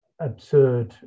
Absurd